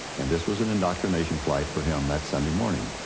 and this was an indoctrination flight for him that sunday morning.